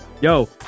Yo